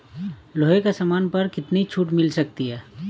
लोहे के सामान पर कितनी छूट मिल सकती है